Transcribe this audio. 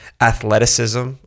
athleticism